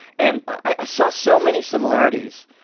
and i saw so many similarities